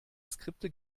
skripte